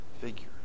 figure